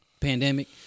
Pandemic